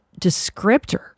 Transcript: descriptor